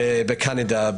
בקנדה,